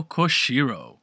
Koshiro